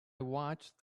watched